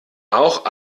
auch